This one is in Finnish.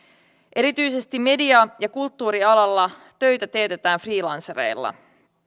erityisesti media ja kulttuurialalla töitä teetetään freelancereilla